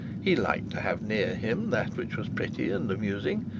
he liked to have near him that which was pretty and amusing,